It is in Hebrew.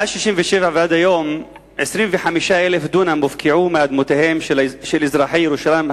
מאז 1967 ועד היום הופקעו 25,000 דונם